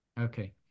Okay